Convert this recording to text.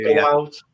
out